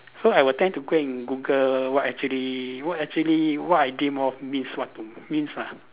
so I will tend to go and Google what actually what actually what I dream of means what to means ah